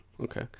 Okay